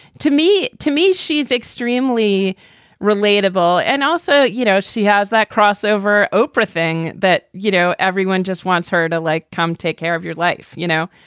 to me to me, she's extremely relatable. and also, you know, she has that crossover oprah thing that, you know, everyone just wants her to, like, come take care of your life, you know?